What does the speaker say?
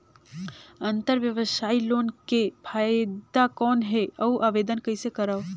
अंतरव्यवसायी लोन के फाइदा कौन हे? अउ आवेदन कइसे करव?